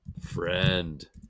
Friend